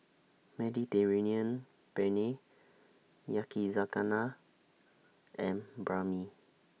Mediterranean Penne Yakizakana and Banh MI